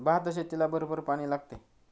भातशेतीला भरपूर पाणी लागते